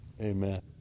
amen